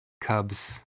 Cubs